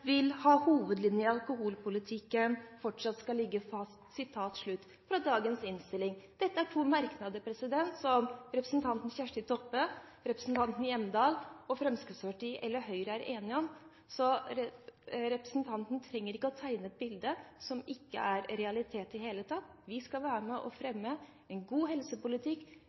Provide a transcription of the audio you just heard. vil at hovedlinjene i alkoholpolitikken fortsatt skal «ligge fast». Dette er to merknader som representanten Kjersti Toppe og representanten Hjemdal – og henholdsvis Fremskrittspartiet og Høyre – er enige om. Så representanten trenger ikke å tegne et bilde som ikke i det hele tatt er realitet. Vi skal være med og fremme en god helsepolitikk,